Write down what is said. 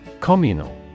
Communal